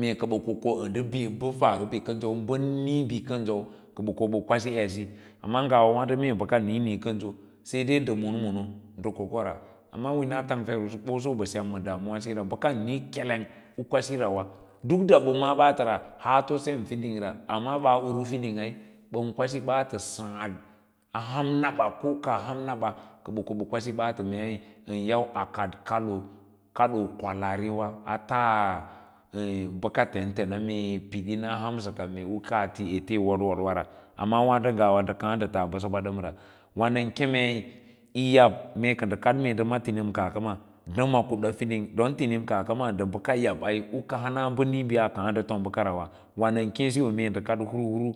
mee kə ɓə ko kon bibə farusə bi kən jou bə niĩ bikən jou kə bə ƙo ko ɓə kwasí edsiyi amma ngawa pəbəka niĩniĩ kənjo sai dai ndə nonmono ndə ko ka ra amma wina tang fer usu ɓoso ɓa sem ma damuwà biyo ra bəkan niĩ kelenf u kwasirawa duk ɗa bə ma’ā bəaatə ra haato sem fiding ra amma baa urufiding aí bən kwasi ɓaatə sǎǎd ʌ ham naɓa ko kaa han naɓa kə ɓə ko ɓə kwasi baatə mei bən yau a kaɗ kadoo u kwalaarina a tas bə ka tentena mee yi piɗin a hansəka u kaa ti ete yi wod wod wara kuna wǎǎɗo ngawa ndə kaã ndə tas bəsəɓa dəmra wà nən kemei yī yab mee kə ndə kad ndə ma tinima kaah kama ndə ma yab don tnima kaah kama ndə bəka yab aí, u ka hana nǐǐ bi a ká ndəfom bəkara wâ nən keẽ siyo mee ndə kad hur huru.